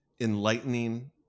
enlightening